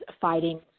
fighting